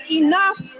enough